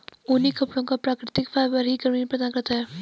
ऊनी कपड़ों का प्राकृतिक फाइबर ही गर्मी प्रदान करता है